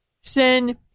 sin